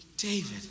David